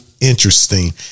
interesting